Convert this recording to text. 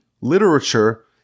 literature